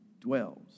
dwells